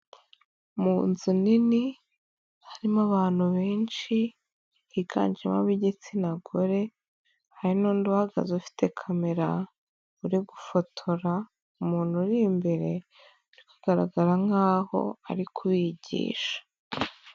Mu nzu nini harimo abantu benshi higanjemo ab'igitsina gore, hari n'undi uhagaze ufite kamera uri gufotora. umuntu uri imbere biri kugaragara nkaho ari kubigisha.